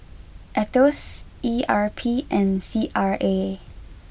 Aetos E R P and C R A